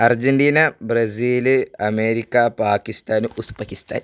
Argentina Brazil America Pakistan Uzbekistan